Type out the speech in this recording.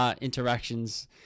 interactions